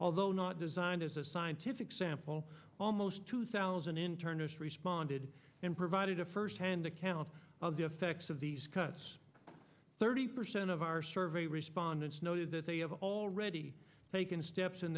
although not designed as a scientific sample almost two thousand internist responded and provided a firsthand account of the effects of these cuts thirty percent of our survey respondents noted that they have already taken steps in